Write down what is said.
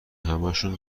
همهشون